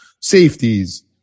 safeties